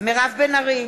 מירב בן ארי,